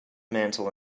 mantel